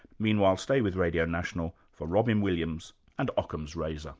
meanwhile stay with radio national for robyn williams and ockham's razor